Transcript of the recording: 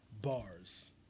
bars